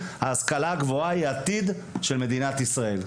ההשכלה הגבוהה היא העתיד של מדינת ישראל.